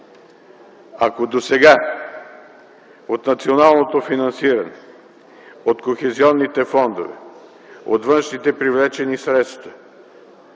Ако досега от националното финансиране, от кохезионните фондове, от външните привлечени средства,